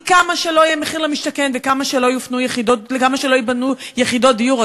כי כמה שלא יהיה מחיר למשתכן וכמה שלא ייבנו יחידות דיור,